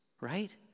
right